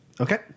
Okay